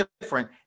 different